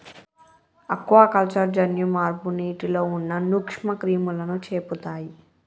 aquaculture జన్యు మార్పు నీటిలో ఉన్న నూక్ష్మ క్రిములని చెపుతయ్